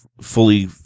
fully